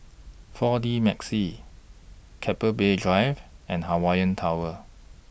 four D Magix Keppel Bay Drive and Hawaii Tower